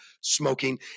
smoking